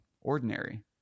ordinary